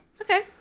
Okay